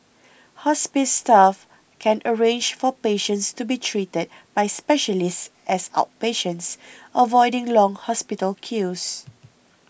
hospice staff can arrange for patients to be treated by specialists as outpatients avoiding long hospital queues